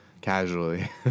casually